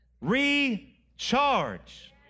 recharge